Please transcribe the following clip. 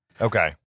Okay